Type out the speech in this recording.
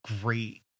great